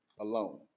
alone